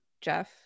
Jeff